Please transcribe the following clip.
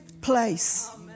place